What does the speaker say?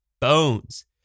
bones